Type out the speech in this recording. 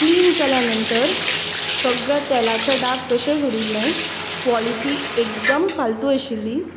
clean केल्या नंतर सगळे तेलाचे दाग तशेंच उरील्लें क्वालिटी एकदम फाल्तू आशिल्लीं